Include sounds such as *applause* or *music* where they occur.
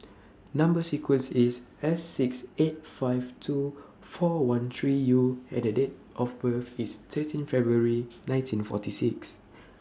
*noise* Number sequence IS S six eight five two four one three U and The Date of birth IS thirteen February *noise* nineteen forty six